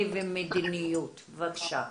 בבקשה.